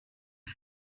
rev